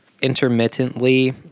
intermittently